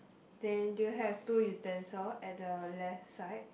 then do you have two utensil at the left side